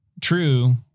true